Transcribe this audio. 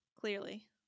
Clearly